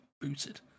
booted